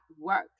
work